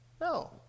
No